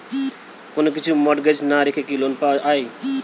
কোন কিছু মর্টগেজ না রেখে কি লোন পাওয়া য়ায়?